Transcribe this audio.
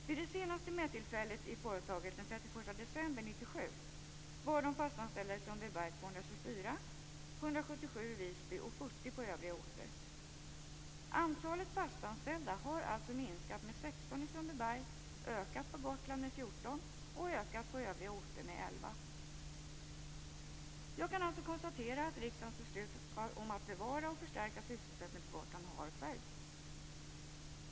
Vid det senaste mättillfället i företaget, den 31 december 1997, var de fast anställda i Sundbyberg 224, i Visby 177 och på övriga orter 40. Antalet fast anställda har alltså minskat med 16 i Sundbyberg, ökat med 14 på Gotland och ökat på övriga orter med 11. Jag kan alltså konstatera att riksdagens beslut om att bevara och förstärka sysselsättningen på Gotland har följts.